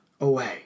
away